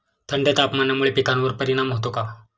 थंड तापमानामुळे पिकांवर परिणाम होतो का?